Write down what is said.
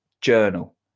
journal